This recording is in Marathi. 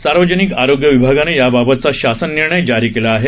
सार्वजनिक आरोग्य विभागानं याबाबतचा शासन निर्णय जारी केला आहे